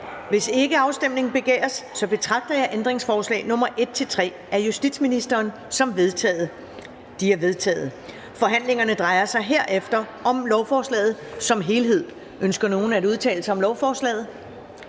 Hvis ikke afstemning begæres, betragter jeg ændringsforslag nr. 1-3 af justitsministeren som vedtaget. De er vedtaget. Kl. 10:10 Forhandling Første næstformand (Karen Ellemann): Forhandlingerne drejer sig herefter om lovforslaget som helhed. Ønsker nogen at udtale sig om lovforslaget?